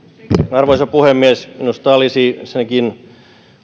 arvoisa puhemies minusta olisi ensinnäkin